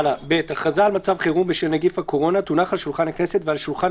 (ב) הכרזה על מצב חירום בשל נגיף הקורונה תונח על שולחן הכנסת ועל שולחן